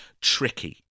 tricky